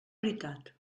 veritat